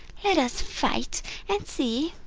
let us fight and see.